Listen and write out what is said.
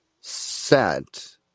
set